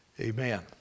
amen